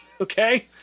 Okay